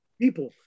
people